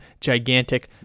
gigantic